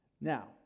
Now